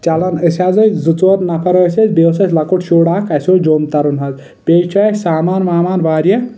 چلان أسۍ حظ ٲسۍ زٕ ژور نفر ٲسۍ أسۍ بییٚہِ اوس اسہِ لَکُٹ شُر اکھ اسہِ اوس جوٚم ترُن حظ بییٚہِ چھِ اسہِ سامان وامان واریاہ